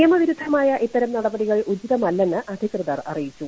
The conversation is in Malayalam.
നിയമവിരുദ്ധമായ ഇത്തരം നടപടികൾ ഉചിതമല്ലെന്ന് അധികൃതർ അറിയിച്ചു